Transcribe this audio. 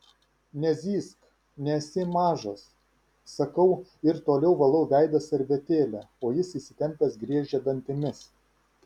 nezyzk nesi mažas sakau ir toliau valau veidą servetėle o jis įsitempęs griežia dantimis